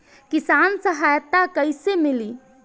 किसान सहायता कईसे मिली?